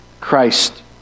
Christ